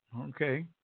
Okay